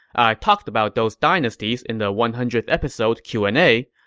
i talked about those dynasties in the one hundredth episode q and a.